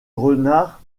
renard